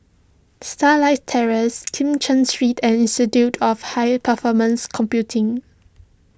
Starlight Terrace Kim Cheng Street and Institute of High Performance Computing